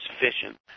sufficient